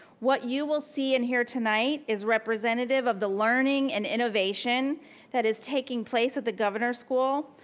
what you will see and hear tonight is representative of the learning and innovation that is taking place at the governor's school,